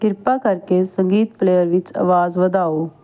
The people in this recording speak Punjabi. ਕਿਰਪਾ ਕਰਕੇ ਸੰਗੀਤ ਪਲੇਅਰ ਵਿੱਚ ਆਵਾਜ਼ ਵਧਾਓ